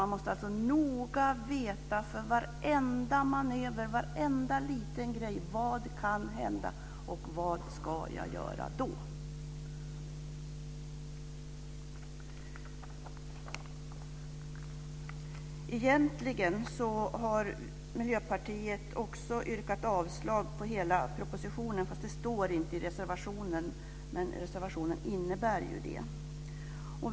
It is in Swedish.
Man måste inför varenda manöver noga veta vad som kan hända och vad man ska göra då. Egentligen har Miljöpartiet yrkat avslag på hela propositionen. Det står visserligen inte så i reservationen, men dess innebörd är sådan.